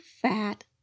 fat